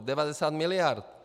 90 miliard!